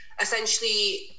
essentially